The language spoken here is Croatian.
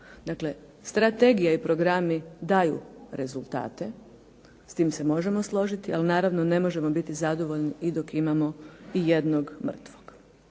Dakle strategija i programi daju rezultate, s tim se možemo složiti, ali naravno ne možemo biti zadovoljni i dok imamo ijednog mrtvog.